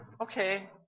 okay